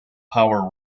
power